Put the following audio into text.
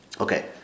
Okay